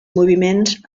moviments